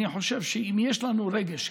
אני חושב שאם יש לנו רגש,